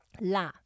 La